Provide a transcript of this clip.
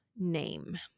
name